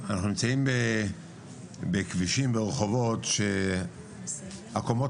שאנחנו נמצאים בכבישים ורחובות שהקומות